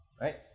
Right